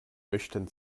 möchten